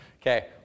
Okay